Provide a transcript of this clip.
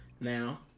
now